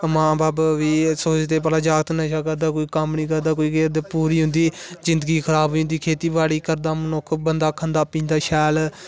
मां बब्ब बी इये सोचदे कि जागत नशा करदे कोई कम्म नेईं करदा कोई किश नेई करदा ते पुरी उंदी जिंदगी खराब होई जंदी खेताबाडी़ करदा मनुक्ख बंदा खंदा पींदा शैल